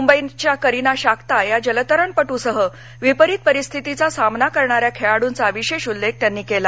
मुंबईच्या करिना शांका या जलतरणपटूसह विपरित परिस्थितीचा सामना करणाऱ्या खेळाडूंचा विशेष उल्लेख त्यांनी केला